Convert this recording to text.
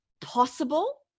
possible